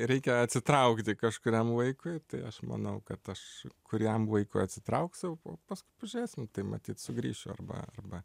reikia atsitraukti kažkuriam laikui tai aš manau kad aš kuriam laikui atsitrauksiu paskui pažiūrėsim tai matyt sugrįšiu arba arba